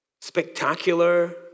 Spectacular